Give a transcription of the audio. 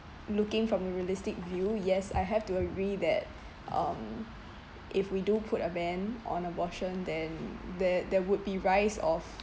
looking from a realistic view yes I have to agree that um if we do put a ban on abortion then there there would be rise of